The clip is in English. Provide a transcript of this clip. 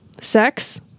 sex